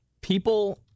People